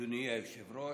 אדוני היושב-ראש,